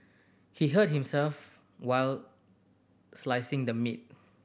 he hurt himself while slicing the meat